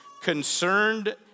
concerned